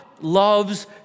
loves